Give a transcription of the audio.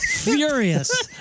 furious